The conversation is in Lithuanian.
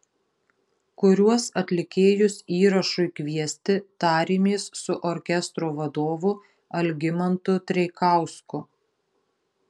kuriuos atlikėjus įrašui kviesti tarėmės su orkestro vadovu algimantu treikausku